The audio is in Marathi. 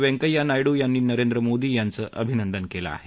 व्यंकैय्या नायडू यांनी नरेंद्र मोदी यांचं अभिनंदन केलं आहे